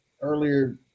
earlier